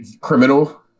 criminal